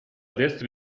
destra